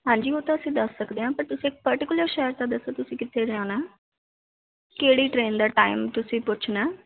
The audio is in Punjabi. ਹਾਂਜੀ ਉਹ ਤਾਂ ਅਸੀਂ ਦੱਸ ਸਕਦੇ ਹਾਂ ਪਰ ਤੁਸੀਂ ਪਰਟੀਕੁਲਰ ਸ਼ਹਿਰ ਦਾ ਦੱਸੋ ਤੁਸੀਂ ਕਿੱਥੇ ਜਾਣਾ ਹੈ ਕਿਹੜੀ ਟਰੇਨ ਦਾ ਟਾਈਮ ਤੁਸੀਂ ਪੁੱਛਣਾ